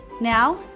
Now